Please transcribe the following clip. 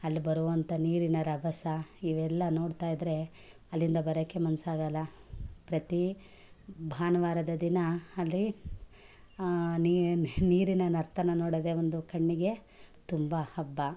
ಅಲ್ಲಿ ಬರುವಂಥ ನೀರಿನ ರಭಸ ಇವೆಲ್ಲ ನೋಡ್ತಾಯಿದ್ದರೆ ಅಲ್ಲಿಂದ ಬರೋಕೆ ಮನಸ್ಸಾಗಲ್ಲ ಪ್ರತಿ ಭಾನುವಾರದ ದಿನ ಅಲ್ಲಿ ನಿ ನೀರಿನ ನರ್ತನ ನೋಡೋದೇ ಒಂದು ಕಣ್ಣಿಗೆ ತುಂಬ ಹಬ್ಬ